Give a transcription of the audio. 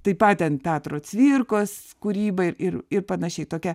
taip pat ten petro cvirkos kūryba ir ir ir panašiai tokia